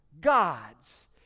God's